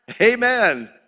Amen